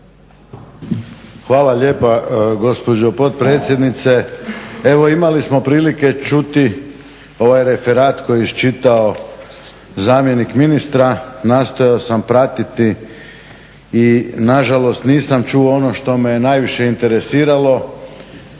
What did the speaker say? Hvala lijepa gospođo potpredsjednice. Evo imali smo prilike čuti ovaj referat koji je iščitao zamjenik ministra, nastojao sam pratiti i nažalost nisam čuo ono što me je najviše interesiralo,